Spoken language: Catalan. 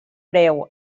preu